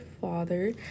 father